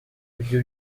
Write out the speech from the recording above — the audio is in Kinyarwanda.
ujye